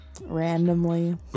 Randomly